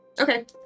Okay